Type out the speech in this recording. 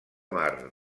mar